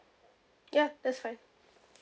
ya that's fine